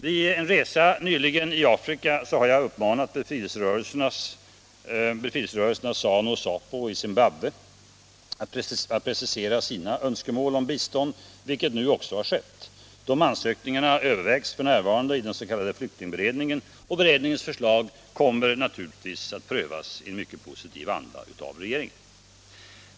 Vid en resa nyligen i Afrika har jag uppmanat befrielserörelserna ZANU och ZAPU i Zimbabwe att precisera sina önskemål om bistånd, vilket nu också skett. Dessa ansökningar övervägs f.n. inom den s: k. flyktingberedningen. Beredningens förslag kommer naturligtvis att prövas av regeringen i positiv anda.